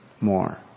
more